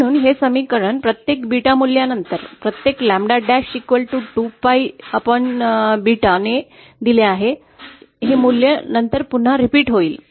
म्हणून हे समीकरण प्रत्येक बीटा मूल्याच्या नंतर प्रत्येक ƛ' जे 2 pibeta ने दिले आहे मूल्या नंतर पुन्हा तयार होईल